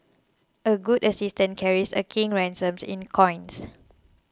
a good assistant carries a king's ransom in coins